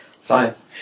science